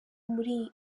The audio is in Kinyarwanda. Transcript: muri